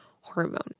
hormone